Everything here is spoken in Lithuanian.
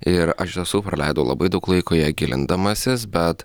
ir aš iš tiesų praleidau labai daug laiko į ją gilindamasis bet